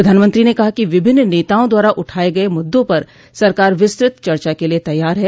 प्रधानमंत्री ने कहा कि विभिन्न नेताओं द्वारा उठाए गए मुद्दों पर सरकार विस्तृत चर्चा के लिए तैयार है